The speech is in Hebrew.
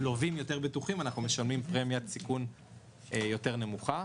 לווים יותר בטוחים אנחנו משלמים פרמיית סיכון יותר נמוכה.